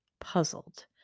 puzzled